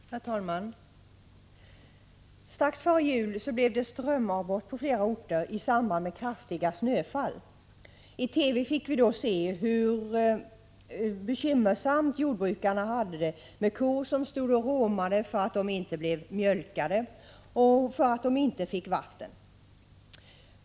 Herr talman! Strax före jul blev det strömavbrott på flera orter i samband med kraftiga snöfall. I TV fick vi se hur bekymmersamt jordbrukarna hade det med kor som stod och råmade i ladugårdarna för att de inte blev mjölkade och för att de inte fick tillräckligt med vatten.